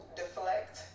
deflect